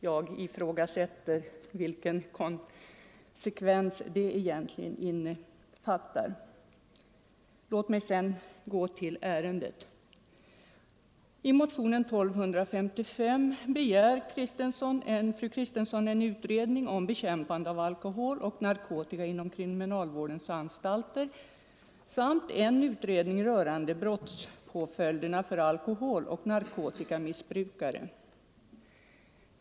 Jag efterlyser konsekvensen. Jag övergår så till ärendet. I motionen 1255 begär fru Kristensson en utredning om i motionen angivna förslag till bekämpning av alkoholoch narkotikamissbruket inom kriminalvårdens anstalter samt en utredning rörande brottspåföljderna för narkotikaoch alkoholmissbrukare.